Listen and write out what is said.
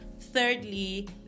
thirdly